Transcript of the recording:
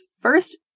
first